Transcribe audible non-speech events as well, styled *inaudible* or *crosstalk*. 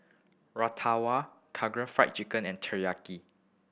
*unintelligible* Fry Chicken and Teriyaki